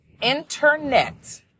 internet